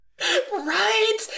Right